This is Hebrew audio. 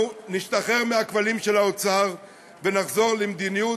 אנחנו נשתחרר מהכבלים של האוצר ונחזור למדיניות